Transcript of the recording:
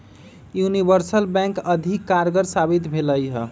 universal bank अधिक कारगर साबित भेलइ ह